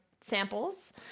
samples